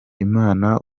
imana